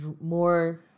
more